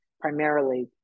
primarily